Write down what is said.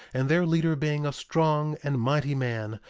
and their leader being a strong and mighty man,